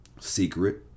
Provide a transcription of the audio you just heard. secret